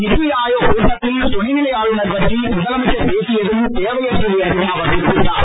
நீத்தி ஆயோக் கூட்டத்தில் துணைநிலை ஆளுநர் பற்றி முதலமைச்சர் பேசியதும் தேவையற்றது என்றும் அவர் குறிப்பிட்டார்